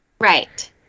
Right